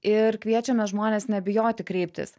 ir kviečiame žmones nebijoti kreiptis